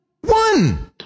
One